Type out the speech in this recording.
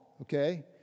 okay